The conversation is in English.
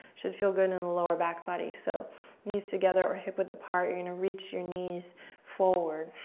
should feel good in the lower back body. so knees together or hip width apart, you're gonna reach your knees forward,